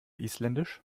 isländisch